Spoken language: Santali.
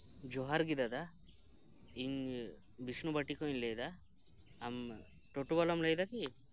ᱡᱚᱦᱟᱨ ᱜᱮ ᱫᱟᱫᱟ ᱤᱧ ᱵᱤᱥᱱᱩ ᱯᱟᱴᱤᱠᱷᱚᱱ ᱤᱧ ᱞᱟᱹᱭ ᱮᱫᱟ ᱟᱢ ᱴᱚᱴᱚ ᱵᱟᱞᱟᱢ ᱞᱟᱹᱭ ᱮᱫᱟᱠᱤ